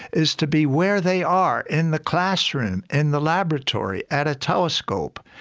is to be where they are, in the classroom, in the laboratory, at a telescope,